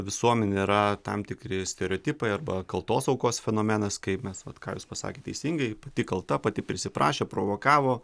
visuomenėj yra tam tikri stereotipai arba kaltos aukos fenomenas kaip mes vat ką jūs pasakėt teisingai pati kalta pati prisiprašė provokavo